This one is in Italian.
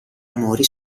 amori